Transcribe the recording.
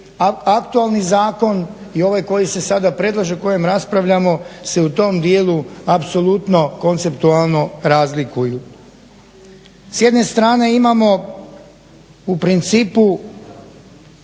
aktualni zakon i ovaj koji se sada predlaže o kojem raspravljamo se u tom dijelu apsolutno konceptualno razlikuju. S jedne strane imamo u principu